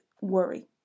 worry